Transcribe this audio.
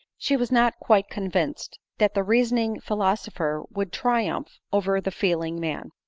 she was not quite convinced that the reasoning philosopher would triumph over the feeling man.